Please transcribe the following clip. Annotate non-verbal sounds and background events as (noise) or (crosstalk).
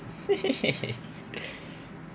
(laughs)